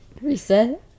reset